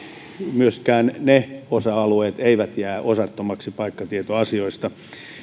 myöskään ne osa alueet eivät jää osattomiksi paikkatietoasioista